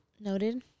Noted